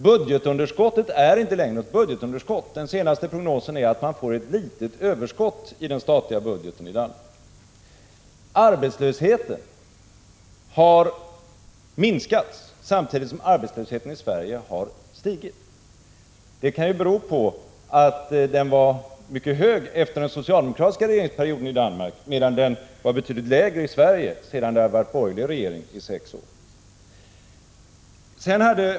Budgetunderskottet är inte längre något budgetunderskott. Den senaste prognosen är att man får ett litet överskott i den statliga budgeten i Danmark. Arbetslösheten i Danmark har minskat samtidigt som arbetslösheten i Sverige har stigit. Det kan bero på att den var mycket hög efter den socialdemokratiska regeringsperioden i Danmark, medan den var betydligt lägre i Sverige sedan det varit borgerlig regering i sex år.